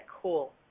Cool